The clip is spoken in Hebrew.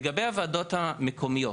לגבי הוועדות המקומיות,